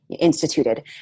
instituted